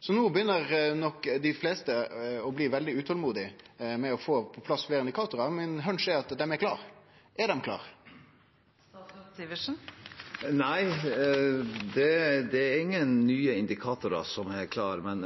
Så no byrjar nok dei fleste å bli veldig utolmodige med å få på plass fleire indikatorar. Min «hunch» er at dei er klare. Er dei klare? Nei, det er ingen nye indikatorer som er klare. Men